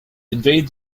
invade